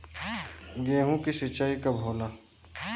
गेहूं के सिंचाई कब होला?